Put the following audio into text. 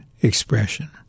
expression